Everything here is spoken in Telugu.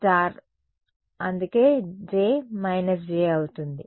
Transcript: H అందుకే j j అవుతుంది